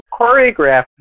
choreographed